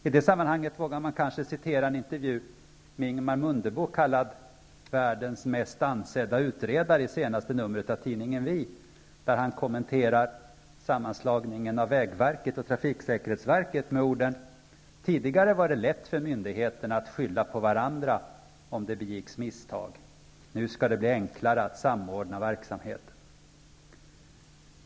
I det sammanhanget vågar man kanske återge något av en intervju med Ingemar Mundebo, kallad världens mest ansedda utredare, i senaste numret av tidningen Vi, där han kommenterar sammanslagningen av vägverket och trafiksäkerhetsverket med orden: Tidigare var det lätt för myndigheterna att skylla på varandra om det begicks misstag. Nu skall det bli enklare att samordna verksamheten.